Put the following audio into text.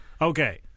Okay